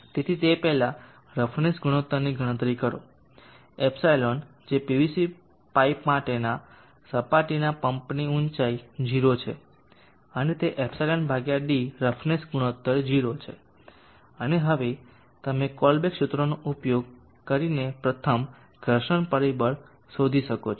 તેથી તે પહેલાં રફનેસ ગુણોત્તરની ગણતરી કરો ε જે પીવીસી માટેના સપાટીના પંપની ઊંચાઈ 0 છે અને તેથી ε d રફનેસ ગુણોત્તર 0 છે અને હવે તમે કોલબ્રુક સૂત્રનો ઉપયોગ કરીને પ્રથમ ઘર્ષણ પરિબળ શોધી શકો છો